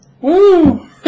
Woo